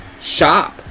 shop